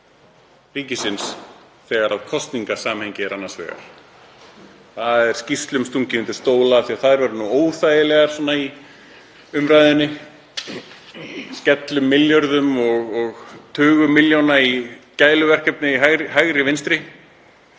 ríkisins þegar kosningasamhengi er annars vegar. Skýrslum er stungið undir stóla af því að þær eru óþægilegar í umræðunni. Skellum milljörðum og tugum milljóna í gæluverkefni hægri, vinstri.